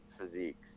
physiques